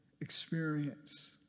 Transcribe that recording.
experience